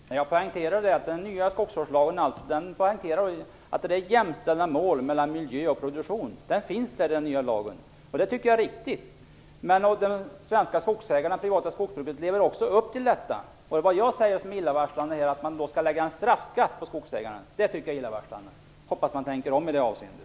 Fru talman! Jag poängterar att den nya skogsvårdslagen innehåller jämställda mål mellan miljö och produktion. Det tycker jag är riktigt. De svenska skogsägarna lever också upp till detta. Vad jag tycker är illavarslande är att man då skall lägga en straffskatt på skogsägarna. Jag hoppas att man tänker om i det avseendet.